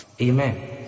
Amen